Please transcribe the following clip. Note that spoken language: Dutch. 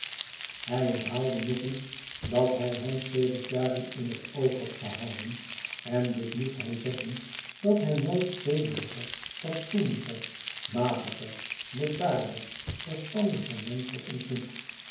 hij herhaalde nog eens dat hij hem sedert jaren in het oog had gehouden en dit mo est hij zeggen dat hij nooit zedehjker fatsoenlijker matiger bedaarder verstandiger mensch had ontmoet